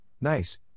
NICE